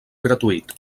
gratuït